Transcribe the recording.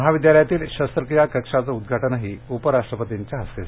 महाविद्यालयातील शस्त्रक्रिया कक्षाचं उद्घाटनही उपराष्टपतींच्या हस्ते झालं